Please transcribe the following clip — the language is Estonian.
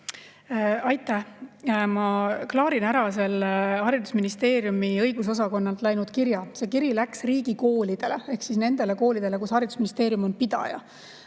Aitäh! Ma klaarin ära selle haridusministeeriumi õigusosakonnast välja läinud kirja. See kiri läks riigikoolidele ehk nendele koolidele, kus haridusministeerium on pidaja,